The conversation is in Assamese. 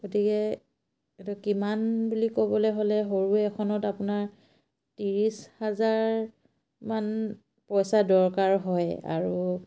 গতিকে এইটো কিমান বুলি ক'বলৈ হ'লে সৰু এখনত আপোনাৰ ত্ৰিছ হাজাৰমান পইচা দৰকাৰ হয় আৰু